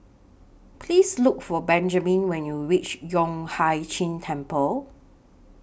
Please Look For Benjman when YOU REACH Yueh Hai Ching Temple